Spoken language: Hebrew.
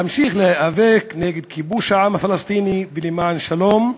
אמשיך להיאבק נגד כיבוש העם הפלסטיני ולמען שלום,